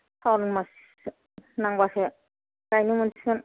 सावन मास नांबासो गायनो मोनसिगोन